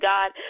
God